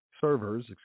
servers